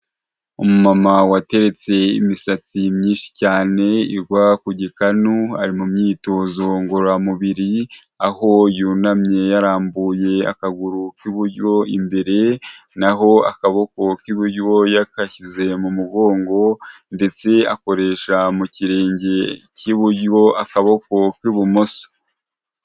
Umamama wateretse imisatsi myinshi cyane igwa ku gikanu, ari mu myitozo ngororamubiri, aho yunamye yarambuye akaguru k'iburyo imbere, naho akaboko k'iburyo yagashyize mu mugongo ndetse akoresha mu kirenge cy'iburyo akaboko k'ibumoso.